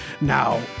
Now